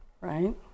right